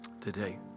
today